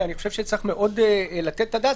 שאני חושב שצריך מאוד לתת את הדעת,